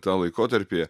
tą laikotarpį